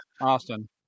Austin